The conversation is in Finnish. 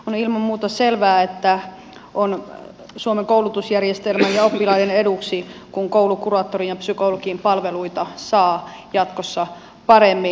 on ilman muuta selvää että on suomen koulutusjärjestelmän ja oppilaiden eduksi kun koulukuraattorien ja psykologien palveluita saa jatkossa paremmin